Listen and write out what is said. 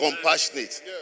compassionate